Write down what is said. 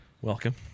Welcome